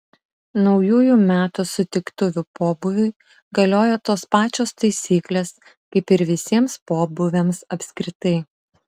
naujųjų metų sutiktuvių pobūviui galioja tos pačios taisyklės kaip ir visiems pobūviams apskritai